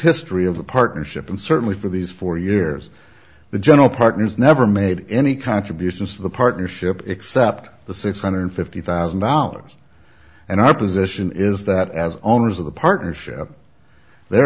history of the partnership and certainly for these four years the general partners never made any contributions to the partnership except the six hundred fifty thousand dollars and our position is that as owners of the partnership they're